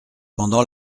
pendant